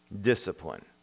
discipline